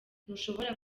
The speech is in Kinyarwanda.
ntushobora